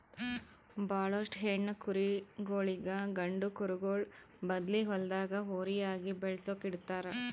ಭಾಳೋಷ್ಟು ಹೆಣ್ಣ್ ಕರುಗೋಳಿಗ್ ಗಂಡ ಕರುಗೋಳ್ ಬದ್ಲಿ ಹೊಲ್ದಾಗ ಹೋರಿಯಾಗಿ ಬೆಳಸುಕ್ ಇಡ್ತಾರ್